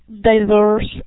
diverse